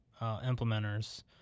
implementers